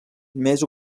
més